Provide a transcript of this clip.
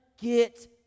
get